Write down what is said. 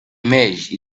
emerged